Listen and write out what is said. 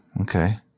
okay